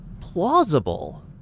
plausible